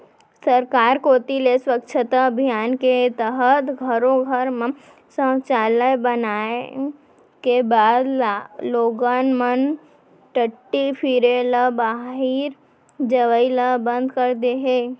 सरकार कोती ले स्वच्छता अभियान के तहत घरो घर म सौचालय बनाए के बाद लोगन मन टट्टी फिरे ल बाहिर जवई ल बंद कर दे हें